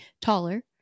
taller